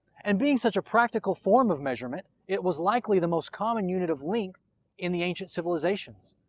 and being such a practical form of measurment, it was likely the most common unit of length in the ancient civilizations,